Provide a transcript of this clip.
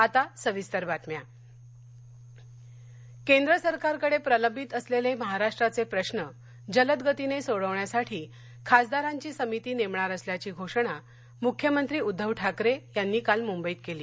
खासदार बैठक बह्न मंबई केंद्र सरकारकडे प्रलंबित असलेले महाराष्ट्राचे प्रश्न जलदगतीने सोडवण्यासाठी खासदारांची समिती नेमणार असल्याची घोषणा मुख्यमंत्री उद्दव ठाकरे यांनी काल मुंबईत केली